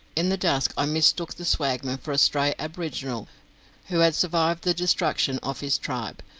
in the dusk i mistook the swagman for a stray aboriginal who had survived the destruction of his tribe,